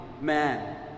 man